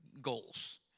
goals